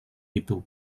itu